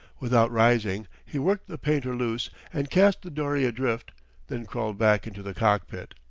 without rising he worked the painter loose and cast the dory adrift then crawled back into the cockpit.